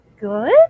good